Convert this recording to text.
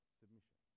submission